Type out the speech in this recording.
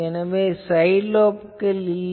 எனவே சைட் லோப்கள் இல்லை